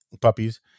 puppies